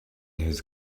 his